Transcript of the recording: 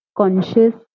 conscious